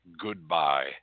goodbye